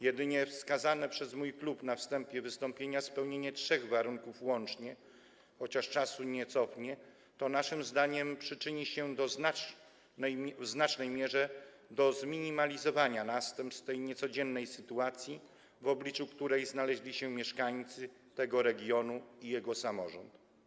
Jedynie wskazane przez mój klub na wstępie wystąpienia spełnienie trzech warunków łącznie, chociaż czasu nie cofnie, naszym zdaniem przyczyni się w znacznej mierze do zminimalizowania następstw tej niecodziennej sytuacji, w obliczu której znaleźli się mieszkańcy tego regionu i jego samorząd.